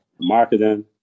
marketing